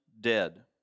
dead